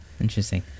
interesting